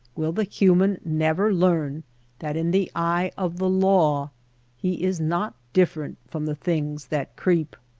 will the human never learn that in the eye of the law he is not different from the things that creep?